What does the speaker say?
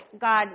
God